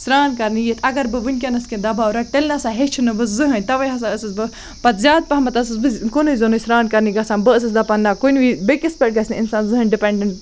سران کَرنہِ یِتھ اگر بہٕ وِنکیٚنَس کینٛہہ دَباو رَٹہٕ تیٚلہِ نَسا ہیٚچھِ نہٕ بہٕ زٕہیٖنۍ تَوَے ہَسا ٲسٕس بہٕ پَتہٕ زیادٕ پَہمَت ٲسٕس بہٕ کُنی زوٚنٕے سران کَرنہِ گَژھان بہٕ ٲسٕس دَپان نہَ کُنہِ وِز بیٚکِس پٮ۪ٹھ گَژھنہٕ اِنسان زٕہٕنۍ ڈِپنڈنٹ